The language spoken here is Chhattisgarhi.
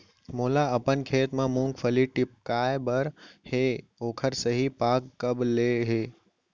मोला अपन खेत म मूंगफली टिपकाय बर हे ओखर सही पाग कब ले हे?